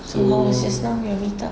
what was just now your meet up